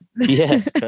Yes